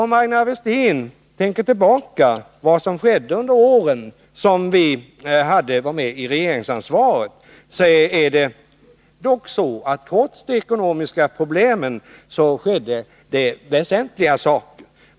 Men om Aina Westin tänker tillbaka och ser på vad som skett under de år då vi hade regeringsansvaret, finner hon att det trots de ekonomiska problemen skedde väsentliga saker.